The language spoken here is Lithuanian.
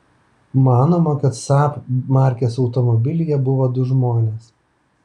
manoma kad saab markės automobilyje buvo du žmonės